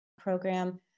program